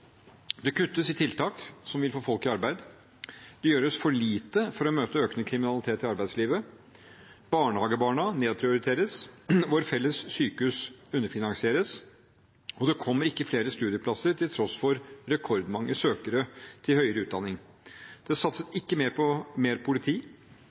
Det kuttes i tiltak som vil få folk i arbeid. Det gjøres for lite for å møte økende kriminalitet i arbeidslivet. Barnehagebarna nedprioriteres. Våre felles sykehus underfinansieres. Det kommer ikke flere studieplasser til tross for rekordmange søkere til høyere utdanning. Det